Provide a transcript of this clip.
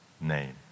name